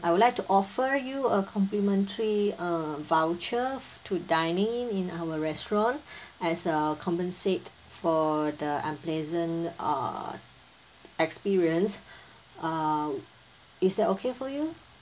I would like to offer you a complimentary uh voucher f~ to dine in our restaurant as a compensate for the unpleasant uh experience uh is that okay for you